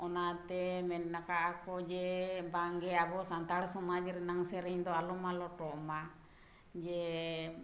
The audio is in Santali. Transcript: ᱚᱱᱟᱛᱮ ᱢᱮᱱᱮ ᱠᱟᱜ ᱟᱠᱚ ᱡᱮ ᱵᱟᱝᱜᱮ ᱟᱵᱚ ᱥᱟᱱᱛᱟᱲ ᱥᱚᱢᱟᱡᱽ ᱨᱮᱱᱟᱜ ᱥᱮᱨᱮᱧ ᱫᱚ ᱟᱞᱚ ᱢᱟᱞᱚᱴᱚᱜ ᱢᱟ ᱡᱮ